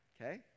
Okay